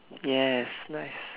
yes nice